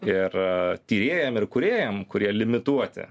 ir a tyrėjam ir kūrėjam kurie limituoti